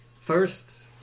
first